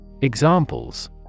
Examples